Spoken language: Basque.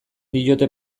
diote